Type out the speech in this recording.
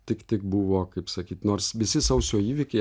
tik tik buvo kaip sakyt nors visi sausio įvykiai